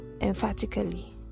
emphatically